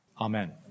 Amen